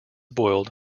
boiled